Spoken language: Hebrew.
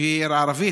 שהיא עיר ערבית,